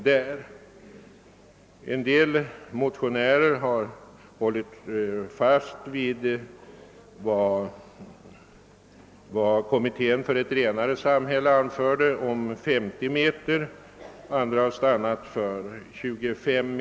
Vissa motioner har hållit fast vid kommitténs för ett renare samhälle förslag om 50 m och andra har stannat för 25 m.